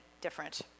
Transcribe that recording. different